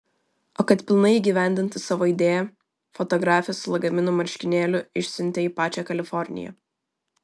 o kad pilnai įgyvendintų savo idėją fotografę su lagaminu marškinėlių išsiuntė į pačią kaliforniją